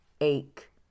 ache